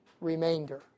remainder